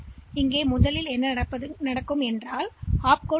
எனவே இது எவ்வாறு செய்யப்படும்